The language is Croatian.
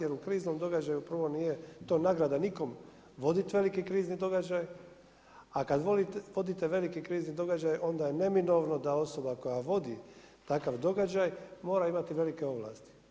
Jer u kriznom događaju prvo nije to nagrada nikome voditi veliki krizni događaj, a kad vodite veliki krizni događaj, onda je neminovno da osoba koja vodi takav događaj mora imati velike ovlasti.